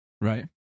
Right